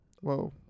Whoa